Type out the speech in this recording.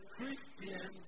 Christian